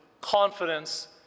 confidence